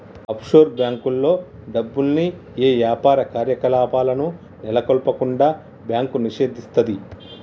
offshore బ్యేంకుల్లో డబ్బుల్ని యే యాపార కార్యకలాపాలను నెలకొల్పకుండా బ్యాంకు నిషేధిస్తది